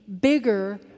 bigger